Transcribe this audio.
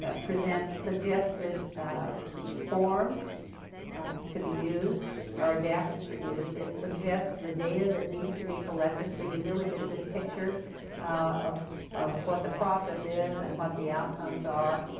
ah presents suggested forms to be used, or adapted for use. it suggests the data that needs to be collected, so you really get a good picture of of what the process is and what the outcomes are.